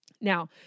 Now